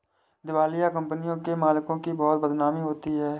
दिवालिया कंपनियों के मालिकों की बहुत बदनामी होती है